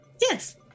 Yes